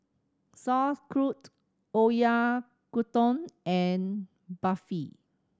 Sauerkraut Oyakodon and Barfi